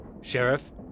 Sheriff